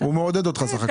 תודה.